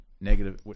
negative